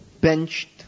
benched